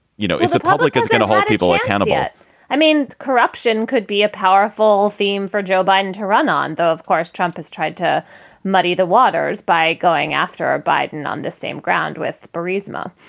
you know, the public is going to hold people accountable i mean, corruption could be a powerful theme for joe biden to run on, though, of course, trump has tried to muddy the waters by going after biden on the same ground with charisma.